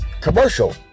commercial